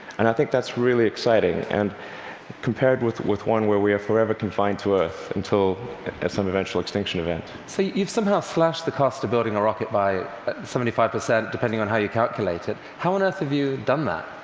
and i think that's really exciting, and compared with with one where we are forever confined to earth until some eventual extinction event so you've somehow slashed the cost of building a rocket by seventy five percent, depending on how you calculate it. how on earth have you done that?